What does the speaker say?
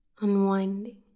unwinding